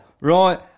right